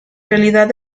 realidad